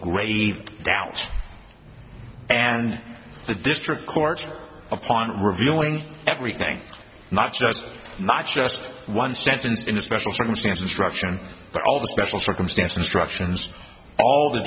grave doubts and the district courts upon reviewing everything not just not just one sentence in a special circumstance instruction but all the special circumstance instructions all the